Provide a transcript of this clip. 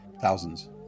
thousands